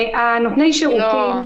נותני שירותים,